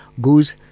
goes